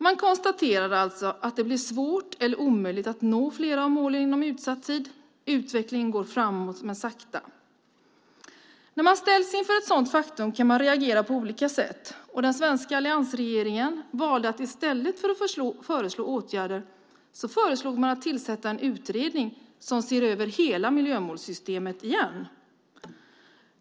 Man konstaterar alltså att det blir svårt eller omöjligt att nå flera av målen inom utsatt tid. Utvecklingen går framåt men sakta. När man ställs inför ett sådant faktum kan man reagera på olika sätt. Den svenska alliansregeringen valde att, i stället för att föreslå åtgärder, föreslå en utredning som ser över hela miljömålssystemet igen.